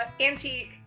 antique